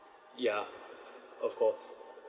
ya of course